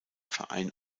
verein